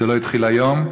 זה לא התחיל היום.